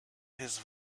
his